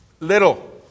little